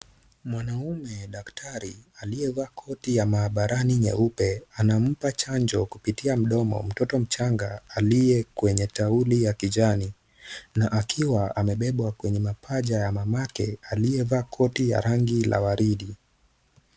Mwanamume daktari aliyevaa koti ya maabarani nyeupe, anampa chanjo kupitia mdomo mtoto mchanga aliye kwenye tauli ya kijani na akiwa amebebwa kwenye mapaja ya mamake aliyevaa koti ya rangi la waridi.